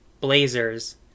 Blazers